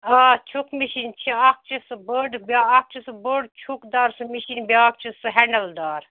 آ چھُک مِشیٖن چھِ اَکھ چھِ سُہ بٔڈ بیٛاکھ چھُ سُہ بٔڈ چھُک دار سُہ مِشیٖن بیٛاکھ چھُ سُہ ہینٛڈَل دار